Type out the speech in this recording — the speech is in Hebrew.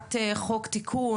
להצעת חוק תיקון.